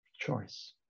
choice